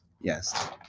Yes